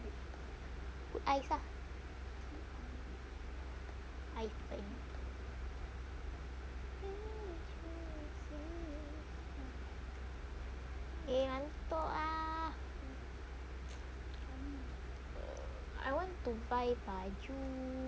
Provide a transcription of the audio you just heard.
put ice ah eh ngantuk ah I want to buy baju